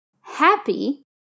happy